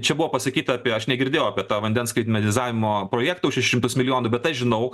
čia buvo pasakyta apie aš negirdėjau apie tą vandens skaitmenizavimo projektą šešis šimtus milijonų bet aš žinau